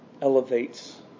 Elevates